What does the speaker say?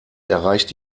erreicht